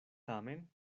tamen